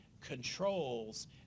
controls